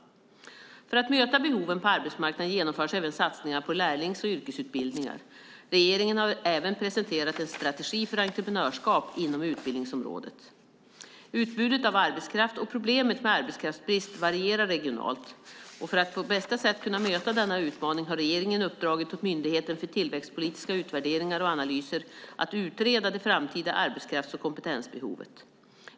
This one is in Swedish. För att möta behoven på arbetsmarknaden genomförs även satsningar på lärlings och yrkesutbildningar. Regeringen har även presenterat en strategi för entreprenörskap inom utbildningsområdet. Utbudet av arbetskraft och problemet med arbetskraftsbrist varierar regionalt. För att på bästa sätt kunna möta denna utmaning har regeringen uppdragit åt Myndigheten för tillväxtpolitiska utvärderingar och analyser att utreda det framtida arbetskrafts och kompetensbehovet.